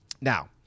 Now